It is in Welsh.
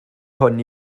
hwn